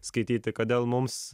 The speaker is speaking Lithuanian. skaityti kodėl mums